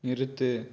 நிறுத்து